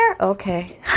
Okay